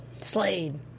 Slade